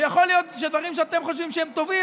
ויכול להיות שדברים שאתם חושבים שהם טובים,